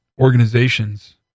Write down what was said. organizations